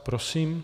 Prosím.